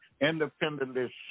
independently